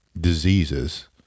diseases